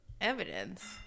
evidence